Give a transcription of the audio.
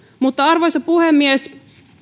mutta arvoisa puhemies